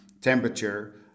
temperature